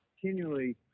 continually